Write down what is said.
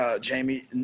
Jamie